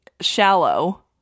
shallow